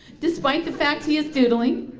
despite the fact he is doodling,